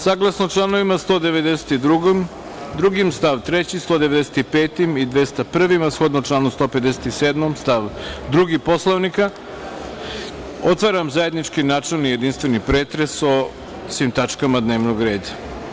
Saglasno članovima 192. stav 3, članom 195. i 201, a shodno članu 157. stav 2. Poslovnika, otvaram zajednički načelni i jedinstveni pretres o svim tačkama dnevnog reda.